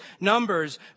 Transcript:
Numbers